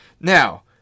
Now